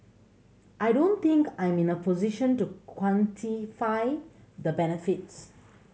I don't think I'm in a position to quantify the benefits